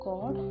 God